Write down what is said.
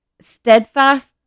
steadfast